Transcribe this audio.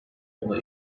ona